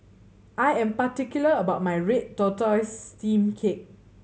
I am particular about my red tortoise steamed cake